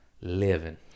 Living